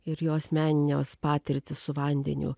ir jo asmeninė patirtys su vandeniu